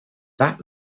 that